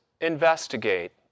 investigate